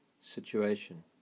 situation